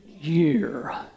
year